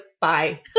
bye